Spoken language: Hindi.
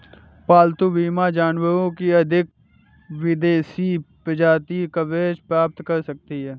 पालतू बीमा जानवरों की अधिक विदेशी प्रजातियां कवरेज प्राप्त कर सकती हैं